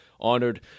honored